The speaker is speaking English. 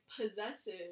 possessive